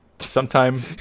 sometime